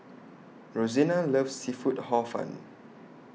Rosena loves Seafood Hor Fun